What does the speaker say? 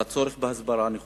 על הצורך בהסברה נכונה,